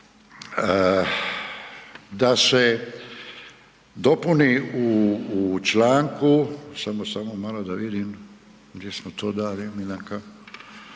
da se dopuni u članku, samo malo da vidim gdje smo to dali, aha,